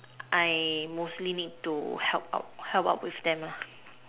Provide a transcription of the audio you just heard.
I mostly need to help out help out with them lah